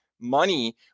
Money